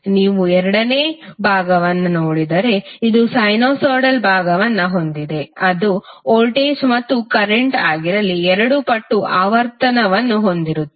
ನೀವು ಎರಡನೇ ಭಾಗವನ್ನು ನೋಡಿದರೆ ಇದು ಸೈನುಸೈಡಲ್ ಭಾಗವನ್ನು ಹೊಂದಿದೆ ಅದು ವೋಲ್ಟೇಜ್ ಅಥವಾ ಕರೆಂಟ್ ಆಗಿರಲಿ ಎರಡು ಪಟ್ಟು ಆವರ್ತನವನ್ನು ಹೊಂದಿರುತ್ತದೆ